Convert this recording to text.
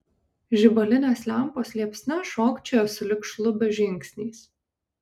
žibalinės lempos liepsna šokčiojo sulig šlubio žingsniais